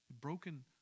broken